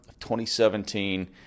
2017